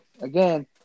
again